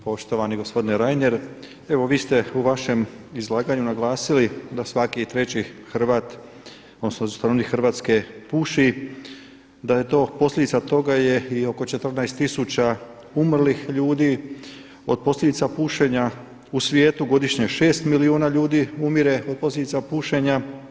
Poštovani gospodine Reiner, evo vi ste u vašem izlaganju naglasili da svaki treći Hrvat odnosno stanovnik Hrvatske puši, da je to posljedica toga je i oko 14 tisuća umrlih ljudi od posljedica pušenja, u svijetu godišnje 6 milijuna ljudi umire od posljedica pušenja.